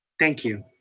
thank you